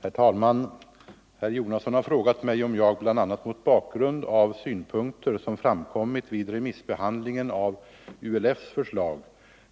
Herr talman! Herr Jonasson har frågat mig om jag — bl.a. mot bakgrund —